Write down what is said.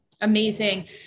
amazing